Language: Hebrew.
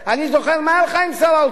אני זוכר מה היה לך עם שר האוצר